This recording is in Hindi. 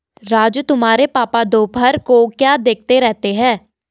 राजू तुम्हारे पापा दोपहर को क्या देखते रहते हैं?